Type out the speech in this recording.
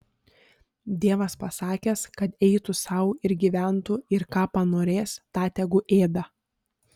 dievas pasakęs kad eitų sau ir gyventų ir ką panorės tą tegu ėda